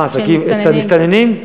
של המסתננים?